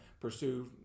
pursue